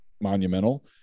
monumental